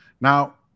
Now